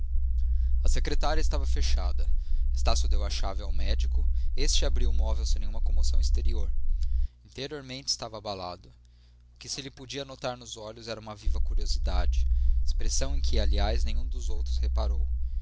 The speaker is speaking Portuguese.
a secretária estava fechada estácio deu a chave ao médico este abriu o móvel sem nenhuma comoção exterior interiormente estava abalado o que se lhe podia notar nos olhos era uma viva curiosidade expressão em que aliás nenhum dos outros reparou